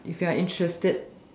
if you are interested